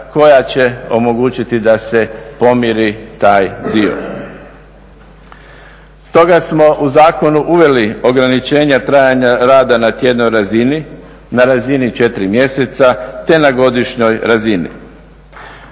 koja će omogućiti da se pomiri taj dio. Stoga smo u zakonu uveli ograničenja trajanja rada na tjednoj razini, na razini 4 mjeseca te na godišnjoj razini.